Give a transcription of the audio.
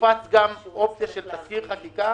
הופצה גם אופציה של תזכיר חקיקה